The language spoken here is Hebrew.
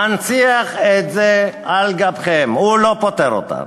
הוא מנציח את זה על גבכם, הוא לא פותר את הבעיה.